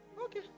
Okay